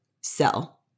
sell